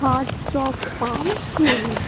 hearts of palm queens